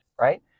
right